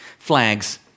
Flags